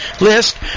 List